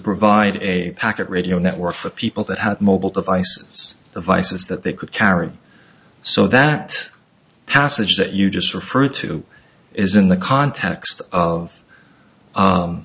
provide a packet radio network for people that have mobile devices the vices that they could carry so that passage that you just referred to is in the context of